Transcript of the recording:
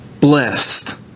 blessed